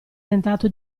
tentato